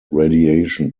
radiation